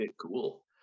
cool